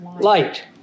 light